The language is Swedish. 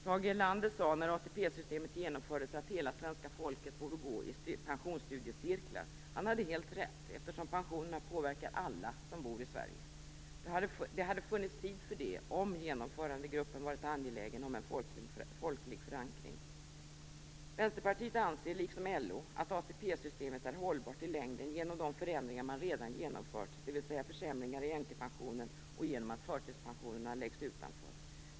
Tage Erlander sade när ATP-systemet genomfördes att hela svenska folket borde på i pensionsstudiecirklar. Han hade helt rätt, eftersom pensionerna påverkar alla som bor i Sverige. Det hade funnits tid för det om genomförandegruppen varit angelägen om en folklig förankring. Vänsterpartiet anser, liksom LO, att ATP-systemet är hållbart i längden genom de förändringar man redan genomfört, dvs. försämringar i änkepensionen och genom att förtidspensionerna läggs utanför.